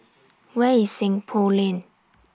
Where IS Seng Poh Lane